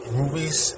movies